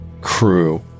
crew